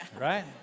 right